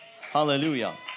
Hallelujah